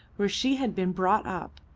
where she had been brought up,